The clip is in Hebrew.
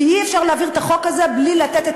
אי-אפשר להעביר את החוק הזה בלי לתת את